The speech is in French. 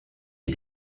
ait